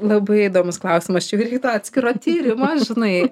labai įdomus klausimas čia vykdyti atskirą tyrimą žinai